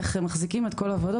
איך מחזיקים את כל הוועדות,